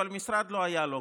אבל משרד לא היה לו.